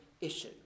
issue